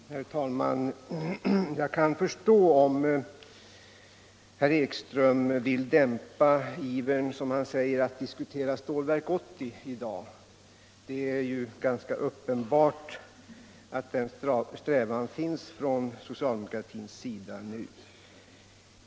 Herr talman! Jag kan förstå om herr Ekström vill dämpa ivern, som han säger, att diskutera Stålverk 80 i dag. Det är ganska uppenbart att den strävan finns från socialdemokratins sida nu.